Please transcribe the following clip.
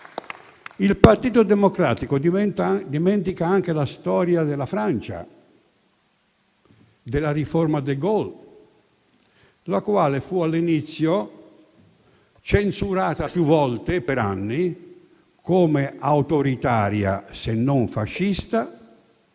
Il Partito Democratico dimentica anche la storia della Francia, della riforma De Gaulle, la quale fu all'inizio censurata più volte per anni come autoritaria, se non fascista,